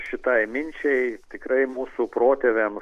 šitai minčiai tikrai mūsų protėviam